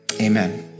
Amen